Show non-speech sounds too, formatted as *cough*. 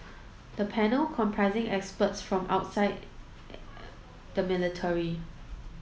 the panel comprising experts from outside *hesitation* the military